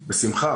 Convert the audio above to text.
בשמחה.